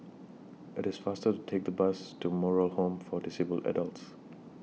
IT IS faster to Take The Bus to Moral Home For Disabled Adults